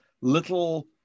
little